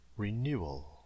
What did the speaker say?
Renewal